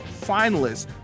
finalists